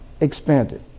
expanded